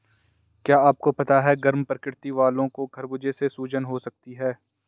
क्या आपको पता है गर्म प्रकृति वालो को खरबूजे से सूजन हो सकती है?